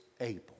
able